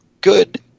good